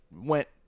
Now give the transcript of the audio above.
went